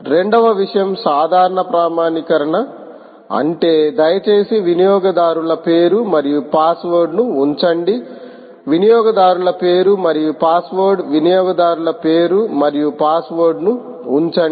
రెండవ విషయం సాధారణ ప్రామాణీకరణ అంటే దయచేసి వినియోగదారుల పేరు మరియు పాస్వర్డ్ ను ఉంచండి వినియోగదారుల పేరు మరియు పాస్వర్డ్ వినియోగదారుల పేరు మరియు పాస్వర్డ్ ను ఉంచండి